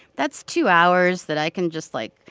that's two hours that i can just, like,